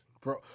bro